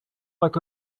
like